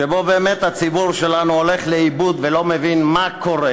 שבהם באמת הציבור שלנו הולך לאיבוד ולא מבין מה קורה